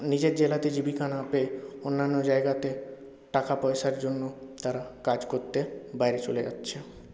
নিজের জেলাতে জীবিকা না পেয়ে অন্যান্য জায়গাতে টাকাপয়সার জন্য তারা কাজ করতে বাইরে চলে যাচ্ছে